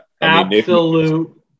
absolute